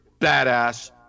badass